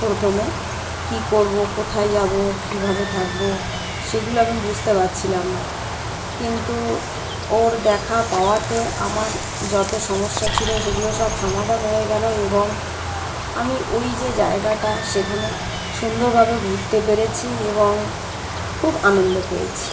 প্রথমে কী করবো কোথায় যাবো কীভাবে থাকবো সেগুলো আমি বুঝতে পাচ্ছিলাম না কিন্তু ওর দেখা পাওয়াতে আমার যতো সমস্যা ছিলো সেগুলো সব সমাধান হয়ে গেলো এবং আমি ওই যে জায়গাটা সেখানে সুন্দরভাবে ঘুরতে পেরেছি এবং খুব আনন্দ পেয়েছি